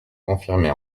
confirmée